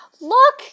look